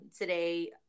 today